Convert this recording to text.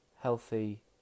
healthy